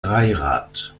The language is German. dreirad